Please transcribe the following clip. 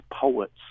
poets